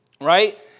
Right